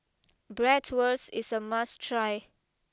Bratwurst is a must try